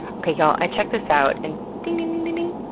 okay y'all, i checked this out, and ding, ding, ding, ding, ding!